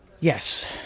Yes